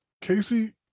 Casey